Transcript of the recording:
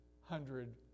hundred